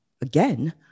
Again